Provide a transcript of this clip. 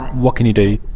what can you do?